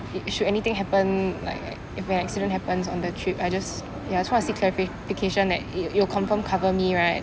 i~ should anything happen like like if an accident happens on the trip I just ya just want to seek clarification that you you'll confirm cover me right